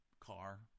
Car